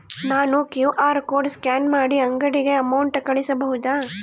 ನಾನು QR code scan ಮಾಡಿ ಅಂಗಡಿಗೆ ಅಮೌಂಟ್ ಕಳಿಸಬಹುದಾ?